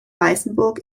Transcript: weißenburg